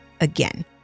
again